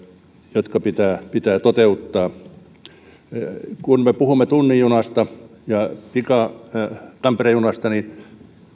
jotka pitää pitää toteuttaa kun me puhumme tunnin junasta ja pika tampere junasta niin